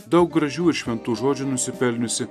daug gražių ir šventų žodžių nusipelniusi